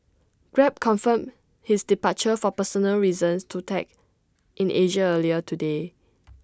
grab confirmed his departure for personal reasons to tech in Asia earlier today